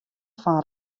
fan